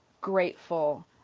grateful